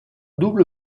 double